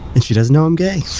and she doesn't know i'm gay